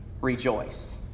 rejoice